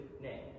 name